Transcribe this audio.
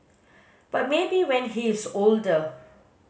but maybe when he is older